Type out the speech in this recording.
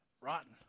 rotten